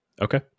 Okay